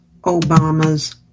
Obama's